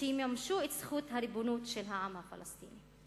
שיממשו את זכות הריבונות של העם הפלסטיני.